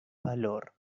valor